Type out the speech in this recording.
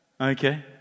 Okay